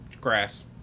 grass